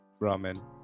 ramen